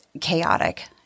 chaotic